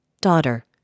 Daughter